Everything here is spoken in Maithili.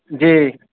जी